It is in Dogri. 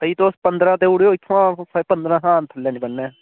ते तुस पंगरां देई ओड़ेओ इत्थुआं पंदरां शा थल्लै नी बनना ऐ